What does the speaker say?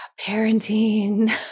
parenting